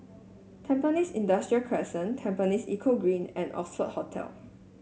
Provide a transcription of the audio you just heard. Tampines Industrial Crescent Tampines Eco Green and Oxford Hotel